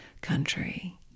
country